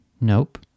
Nope